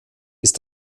ist